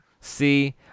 See